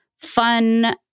Fun